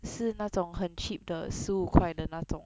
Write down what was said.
是那种很 cheap 的十五块的那种